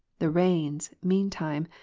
the reins, mean time,